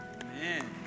Amen